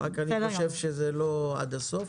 רק אני חושב שזה לא עד הסוף,